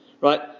Right